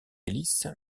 hélice